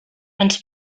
ens